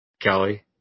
Kelly